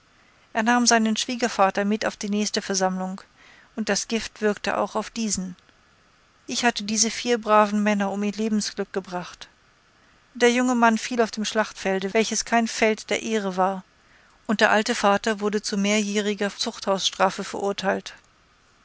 er nahm seinen schwiegervater mit auf die nächste versammlung und das gift wirkte auch auf diesen ich hatte diese vier braven menschen um ihr lebensglück gebracht der junge mann fiel auf dem schlachtfelde welches kein feld der ehre war und der alte vater wurde zu mehrjähriger zuchthausstrafe verurteilt